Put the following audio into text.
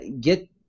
get